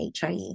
HIE